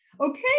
Okay